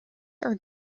are